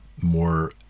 more